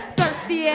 Thirsty